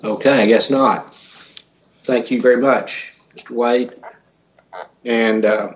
ok i guess not thank you very much white and